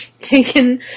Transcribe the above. taken